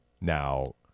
Now